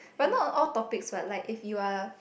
but not all topic but like if you are